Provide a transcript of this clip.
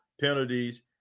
penalties